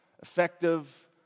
effective